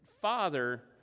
father